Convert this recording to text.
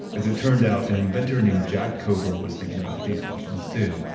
as it turned out, an inventor named jack cover was thinking about these questions too.